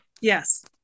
Yes